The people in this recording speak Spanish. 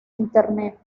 internet